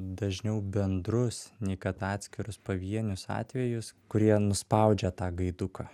dažniau bendrus nei kad atskirus pavienius atvejus kurie nuspaudžia tą gaiduką